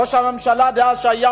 ראש הממשלה דאז,